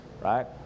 right